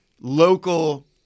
local